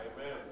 Amen